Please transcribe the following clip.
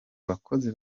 abakozi